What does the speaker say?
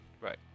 Right